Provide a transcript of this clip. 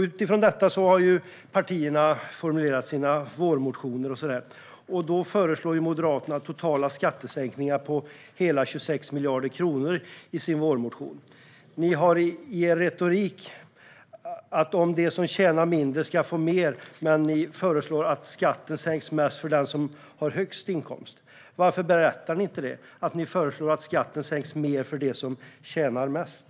Utifrån detta har partierna formulerat sina vårmotioner och så vidare. Då föreslår Moderaterna skattesänkningar på totalt hela 26 miljarder kronor i sin vårmotion. Ni moderater säger i er retorik att de som tjänar mindre ska få mer. Men ni föreslår att skatten sänks mest för dem som har högst inkomst. Varför berättar ni inte att ni föreslår att skatten ska sänkas mer för dem som tjänar mest?